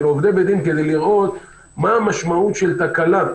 עובדי בית דין כדי לראות מה המשמעות של תקלה,